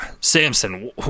samson